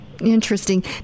Interesting